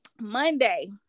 monday